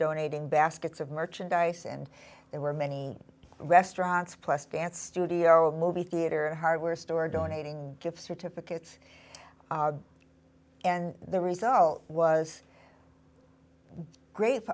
donating baskets of merchandise and there were many restaurants plus dance studio movie theater hardware store donating gift certificates and the result was gr